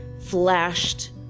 flashed